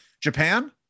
Japan